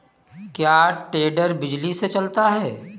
क्या टेडर बिजली से चलता है?